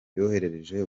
yoherereje